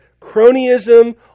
cronyism